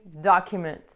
document